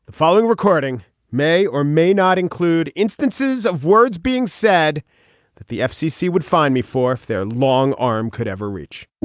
following recording may or may not include instances of words being said that the fcc would find me for if their long arm could ever reach